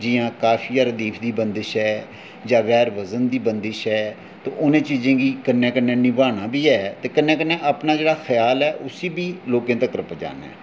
जि'यां काफिया रदीफ दी बंदिश ऐ जां गैर बजन दी बंदिश ऐ ते उ'नें चीज़ें गी कन्नै कन्नै निभाना बी ऐ कन्नै कन्नै अपना जेह्ड़ा ख्याल ऐ उसी बी लोकें तगर पजाना ऐ